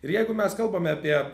ir jeigu mes kalbame apie